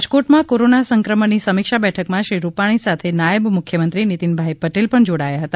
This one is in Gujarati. રાજકોટ માં કોરોના સંક્રમણની સમિક્ષા બેઠકમાં શ્રી રૂપાણી સાથે નાયબ મુખ્યમંત્રી નિતિનભાઈ પટેલ પણ જોડાયા હતા